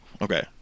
Okay